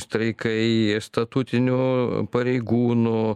streikai statutinių pareigūnų